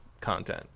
content